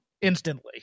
instantly